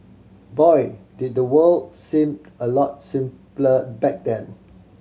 boy did the world seem a lot simpler back then